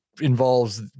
involves